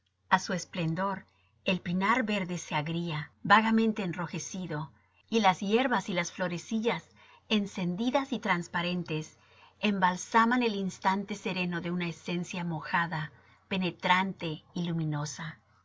a su esplendor el pinar verde se agria vagamente enrojecido y las hierbas y las florecillas encendidas y transparentes embalsaman el instante sereno de una esencia mojada penetrante y luminosa